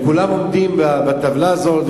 כולם עומדים בטבלה הזאת,